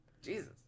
Jesus